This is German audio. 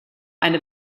eine